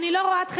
אני לא רואת-חשבון,